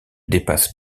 dépasse